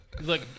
Look